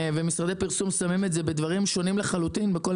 ומשרדי פרסום שמים את זה בדברים שונים לחלוטין בכל